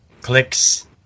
clicks